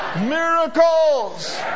miracles